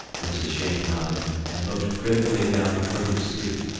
mrs. cheyne nodded, and looked critically down the crooked street.